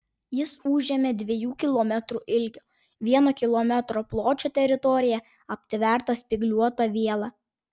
jis užėmė dviejų kilometrų ilgio vieno kilometro pločio teritoriją aptvertą spygliuota viela